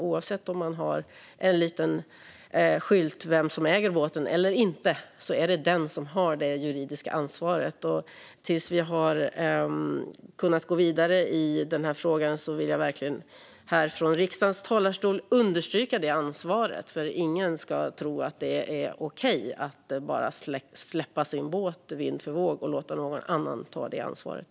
Oavsett om man har en liten skylt med vem som äger båten eller inte är det denna som har det juridiska ansvaret, och tills vi har kunnat gå vidare i den här frågan vill jag verkligen från riksdagens talarstol understryka detta ansvar. Ingen ska tro att det är okej att bara släppa sin båt vind för våg och låta någon annan ta det ansvaret.